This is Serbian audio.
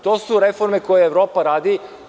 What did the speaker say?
To su reforme koje Evropa radi.